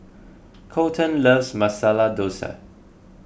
Kolten loves Masala Dosa